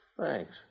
Thanks